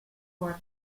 for